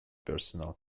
personal